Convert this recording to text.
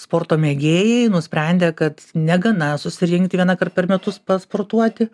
sporto mėgėjai nusprendė kad negana susirinkti vienąkart per metus pasportuoti